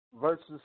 versus